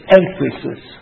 emphasis